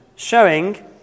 showing